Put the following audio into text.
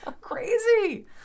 Crazy